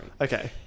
Okay